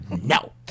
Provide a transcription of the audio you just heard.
No